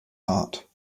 heart